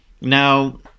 Now